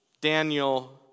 Daniel